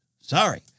Sorry